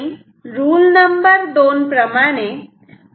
1 आहे आणि rule number दोन rule no